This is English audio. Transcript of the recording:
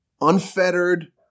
unfettered